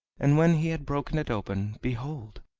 and when he had broken it open, behold!